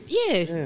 yes